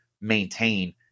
maintain